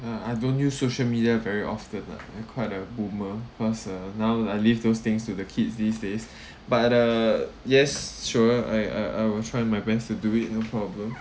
uh I don't use social media very often lah I'm quite a boomer cause uh now I live those things to the kids these days but uh yes sure I I I will try my best to do it no problem